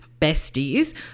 besties